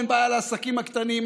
אין בעיה לעסקים הקטנים,